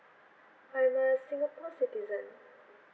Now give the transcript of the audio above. I'm a singapore citizen